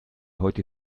heute